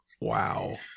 Wow